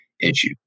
issue